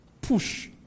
push